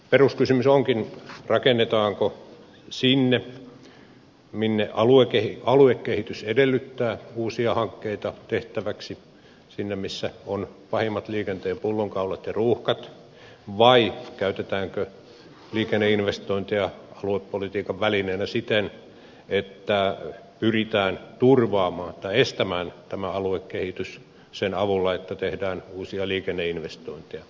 peruskysymys onkin rakennetaanko sinne minne aluekehitys edellyttää uusia hankkeita tehtäväksi sinne missä on pahimmat liikenteen pullonkaulat ja ruuhkat vai käytetäänkö liikenneinvestointeja aluepolitiikan välineenä siten että pyritään turvaamaan tai estämään tämä aluekehitys sen avulla että tehdään uusia liikenneinvestointeja